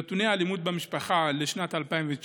נתוני אלימות במשפחה לשנת 2019: